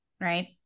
right